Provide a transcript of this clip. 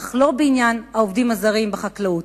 אך לא בעניין העובדים הזרים בחקלאות.